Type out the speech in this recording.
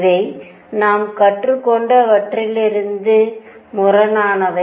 இவை நாம் கற்றுக்கொண்டவற்றிற்கு முரணானவை